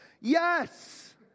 Yes